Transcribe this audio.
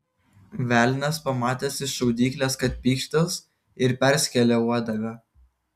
velnias pamatęs iš šaudyklės kad pykštels ir perskėlė uodegą